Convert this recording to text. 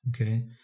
okay